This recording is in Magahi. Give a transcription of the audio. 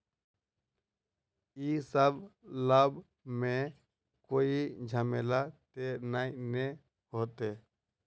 इ सब लाभ में कोई झमेला ते नय ने होते?